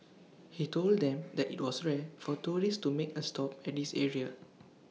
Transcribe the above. he told them that IT was rare for tourists to make A stop at this area